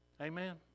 Amen